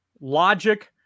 logic